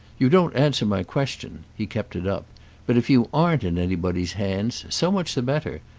you don't answer my question he kept it up but if you aren't in anybody's hands so much the better.